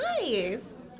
Nice